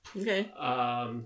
Okay